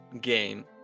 game